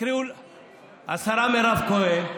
השרה מירב כהן,